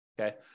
Okay